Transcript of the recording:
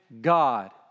God